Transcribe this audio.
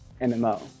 MMO